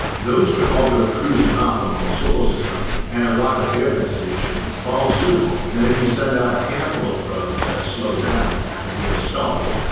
those could all go cruising off from our solar system and arrive at their destination far sooner than if you send out a handful of probes that slow down at and the nearest ah stars,